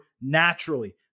naturally